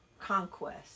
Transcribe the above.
conquest